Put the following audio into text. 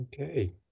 Okay